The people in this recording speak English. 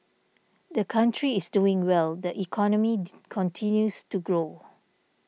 the country is doing well the economy continues to grow